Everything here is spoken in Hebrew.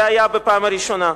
זה היה בפעם הראשונה.